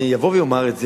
אני אבוא ואומר את זה,